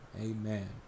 Amen